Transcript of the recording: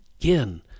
again